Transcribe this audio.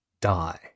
die